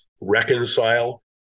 reconcile